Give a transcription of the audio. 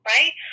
Right